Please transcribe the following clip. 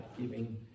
giving